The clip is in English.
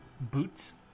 boots